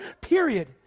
period